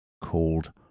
called